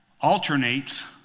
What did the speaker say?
alternates